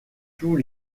tous